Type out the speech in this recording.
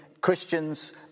Christians